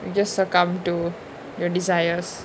you succumb to your desires